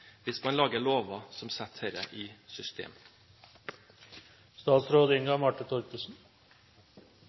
hvis man lager lover som setter dette i